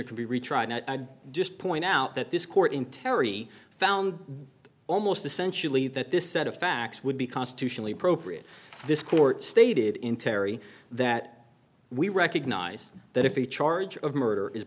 retried i'd just point out that this court in terri found almost essentially that this set of facts would be constitutionally proprium this court stated in terry that we recognize that if the charge of murder is